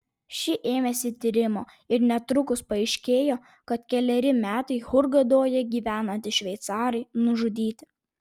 ši ėmėsi tyrimo ir netrukus paaiškėjo kad keleri metai hurgadoje gyvenantys šveicarai nužudyti